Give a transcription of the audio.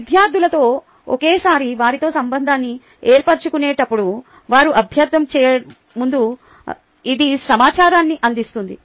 విద్యార్థులతో ఒకేసారి వారితో సంబంధాన్ని ఏర్పరచుకునేటప్పుడు వారు అభ్యర్థించే ముందు ఇది సమాచారాన్ని అందిస్తుంది